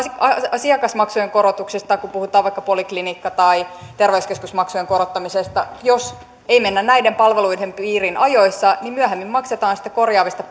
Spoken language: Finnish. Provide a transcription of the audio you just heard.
asiakasmaksujen korotuksissa kun puhutaan vaikka poliklinikka tai terveyskeskusmaksujen korottamisesta jos ei mennä näiden palveluiden piiriin ajoissa niin myöhemmin maksetaan sitten korjaavista